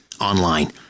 online